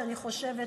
ואז מגיע החודש,